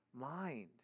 mind